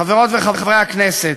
חברות וחברי הכנסת,